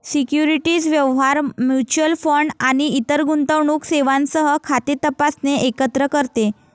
securities व्यवहार, mutual fund आणि इतर गुंतवणूक सेवांसह खाते तपासणे एकत्र करते